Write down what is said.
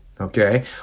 Okay